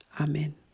Amen